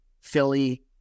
Philly